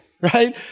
right